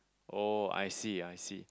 oh I see I see